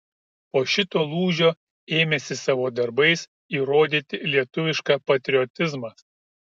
po šito lūžio ėmėsi savo darbais įrodyti lietuvišką patriotizmą